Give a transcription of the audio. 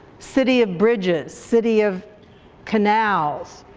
city of bridges, city of canals.